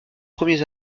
premiers